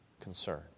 concern